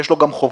יש לו גם חובות,